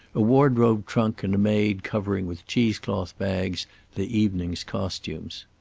a wardrobe trunk, and a maid covering with cheese-cloth bags the evening's costumes.